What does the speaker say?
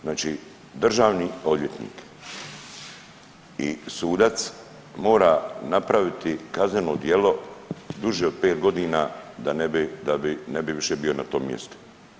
Znači državni odvjetnik i sudac mora napraviti kazneno djelo duže od 5 godina da ne bi, da bi, ne bi više bio na tom mjestu.